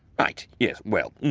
right, yes, well,